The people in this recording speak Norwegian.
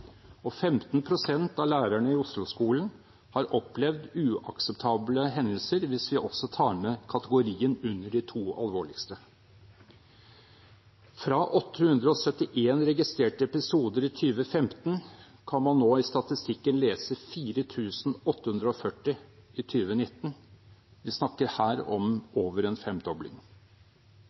I Osloskolen har 15 pst. av lærerne opplevd uakseptable hendelser, hvis vi også tar med kategorien under de to alvorligste. Fra 871 registrerte episoder i 2015 kan man nå i statistikken lese 4 840 i 2019. Vi snakker her om over en femdobling.